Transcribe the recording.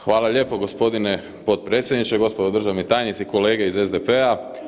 Hvala lijepo g. potpredsjedniče, gospodo državni tajnici, kolege iz SDP-a.